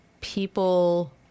people